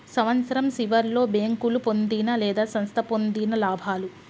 సంవత్సరం సివర్లో బేంకోలు పొందిన లేదా సంస్థ పొందిన లాభాలు